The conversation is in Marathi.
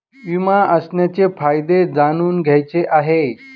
विमा असण्याचे फायदे जाणून घ्यायचे आहे